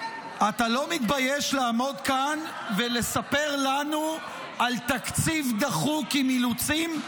אתה לא מתבייש לעמוד כאן ולספר לנו על תקציב דחוק עם אילוצים?